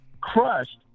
crushed